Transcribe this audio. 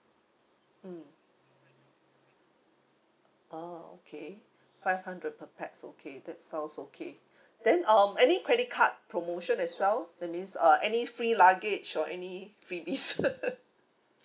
mm oh okay five hundred per pax okay that's sound okay then um any credit card promotion as well that means uh any free luggage or any freebies